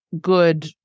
good